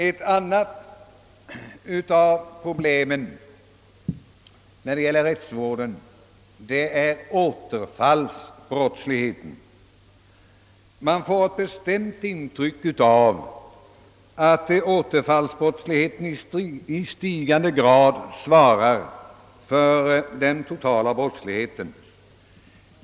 Ett annat av problemen inom rättsvårdens område utgör återfallsbrottsligheten. Man får ett bestämt intryck av att återfallsbrottsligheten i stigande grad svarar för den totala brottsligheten.